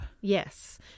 Yes